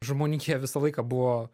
žmonija visą laiką buvo